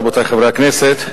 רבותי חברי הכנסת,